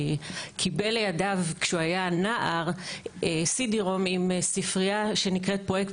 קיבל לידיו כשהוא היה נער סי.די.רום עם ספרייה שנקראת "פרויקט